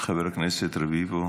חבר הכנסת רביבו,